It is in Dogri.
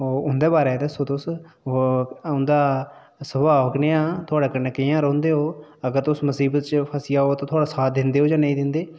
उं'दे बारे च दस्सो तुस उं'दा सुभा कनेहा हा थुआढे कन्नै कि'यां रौंह्दे ओह् अगर तुस मसीबत च फसी जाओ ते थुआढ़ा साथ दिंदे ओह् जां नेईं दिंदे